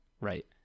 right